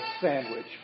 sandwich